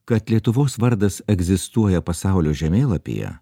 kad lietuvos vardas egzistuoja pasaulio žemėlapyje